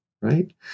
right